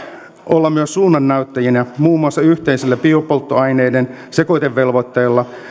olla myös suunnannäyttäjinä muun muassa yhteisellä biopolttoaineiden sekoitevelvoitteella